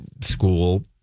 school